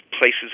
places